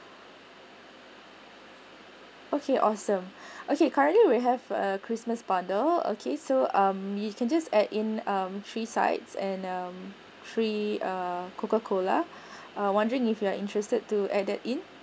okay awesome okay currently we have a christmas bundle okay so um you can just add in um three sides and um three uh coca cola ah wondering if you are interested to add that in